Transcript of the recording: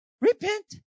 repent